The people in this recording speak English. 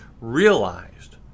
realized